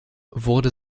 wurde